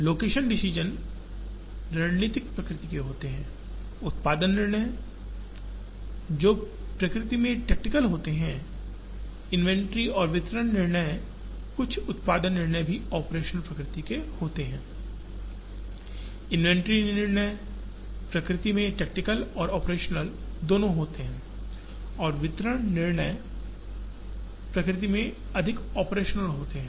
location decision रणनीतिक प्रकृति के होते हैं उत्पादन निर्णय जो प्रकृति में टैक्टिकल होते हैं इन्वेंटरी और वितरण निर्णय कुछ उत्पादन निर्णय भी ऑपरेशनल प्रकृति के होते हैं इन्वेंट्री निर्णय प्रकृति में टैक्टिकल और ऑपरेशनल दोनों होती हैं और वितरण निर्णय प्रकृति में अधिक ऑपरेशनल होते हैं